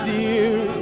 dear